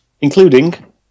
including